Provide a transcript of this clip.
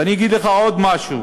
ואני אגיד לך עוד משהו.